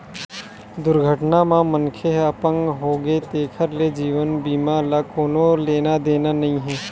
दुरघटना म मनखे ह अपंग होगे तेखर ले जीवन बीमा ल कोनो लेना देना नइ हे